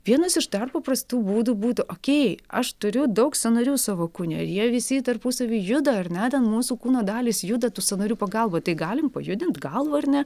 vienas iš dar paprastų būdų būtų okei aš turiu daug sąnarių savo kūne jie visi tarpusavy juda ar ne ten mūsų kūno dalys juda tų sąnarių pagalba tai galim pajudint galvą ar ne